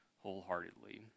wholeheartedly